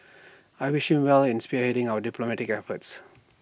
I wish him well in spearheading our diplomatic efforts